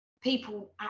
people